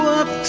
up